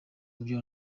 kubyara